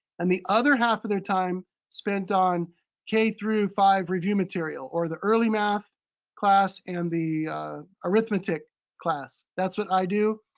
and the other half of their time spent on k through five review material, or the early math class and the arithmetic class. that's what i do.